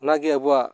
ᱚᱱᱟᱜᱮ ᱟᱵᱚᱣᱟᱜ